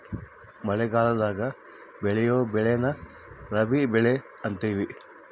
ಮಳಗಲದಾಗ ಬೆಳಿಯೊ ಬೆಳೆನ ರಾಬಿ ಬೆಳೆ ಅಂತಿವಿ